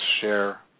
share